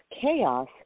chaos